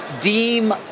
deem